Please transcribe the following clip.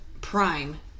Prime